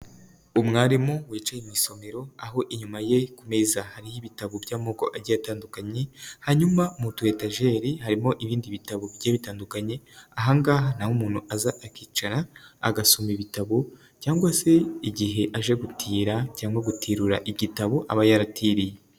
Umwarimu wicaye mu isomero, aho inyuma ye meza hariho ibitabo by'amoko agiye atandukanye, hanyuma motu etageri harimo ibindi bitabo bigiye bitandukanye, aha ngaha ni aho umuntu aza akicara agasoma ibitabo cyangwa se igihe aje gutira cyangwa gutirura igitabo aba yaratiriye.